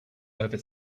over